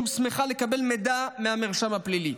שהוסמכה לקבל מידע מהמרשם הפלילי.